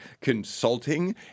Consulting